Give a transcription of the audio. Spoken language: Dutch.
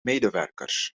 medewerkers